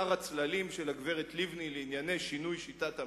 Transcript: שר הצללים של הגברת לבני לענייני שינוי שיטת הממשל,